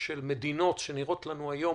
הנגזרות על ישראל ממדינות שנראות לנו היום